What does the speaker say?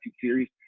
series